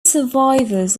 survivors